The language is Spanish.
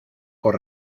por